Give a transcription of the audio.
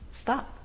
stop